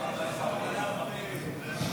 מירב בן ארי, רם בן ברק,